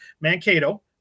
Mankato